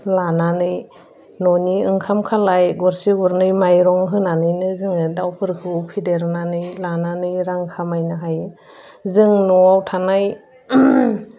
लानानै न'नि ओंखाम खालाय गरसे गरनै माइरं होनानैनो जोङो दाउफोरखौ फेदेरनानै लानानै रां खामायनो हायो जों न'आव थानाय